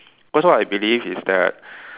first of all I believe is that